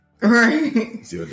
Right